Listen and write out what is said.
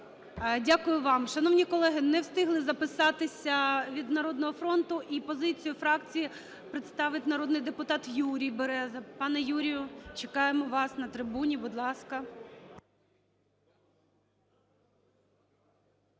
Дякую вам. Шановні колеги, не встигли записатися від "Народного фронту". І позицію фракції представить народний депутат Юрій Береза. Пане Юрію, чекаємо вас на трибуні, будь ласка.